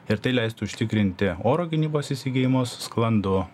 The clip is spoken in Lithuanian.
ir tai leistų užtikrinti oro gynybos įsigijimus sklandų